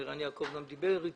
ערן יעקב גם דיבר איתי.